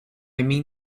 mean